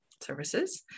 Services